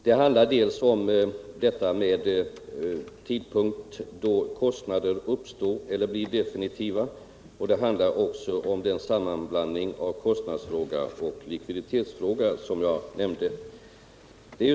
Här handlar det dels om den tidpunkt då kostnader uppstår eller blir definitiva, dels om den sammanblandning av kostnadsfråga och likviditetsfråga som jag nämnde.